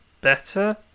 better